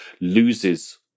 loses